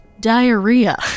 diarrhea